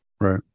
Right